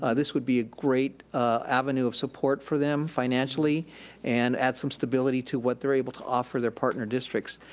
ah this would be a great avenue of support for them financially and add some stability to what they're able to offer their partner districts.